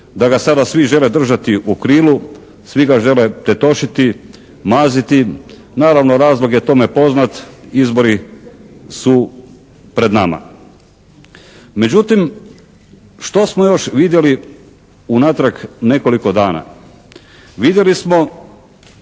da ga sada svi žele držati u krilu, svi ga žele tetošiti, maziti. Naravno razlog je tome poznat. Izbori su pred nama. Međutim, što smo još vidjeli unatrag nekoliko dana? Vidjeli smo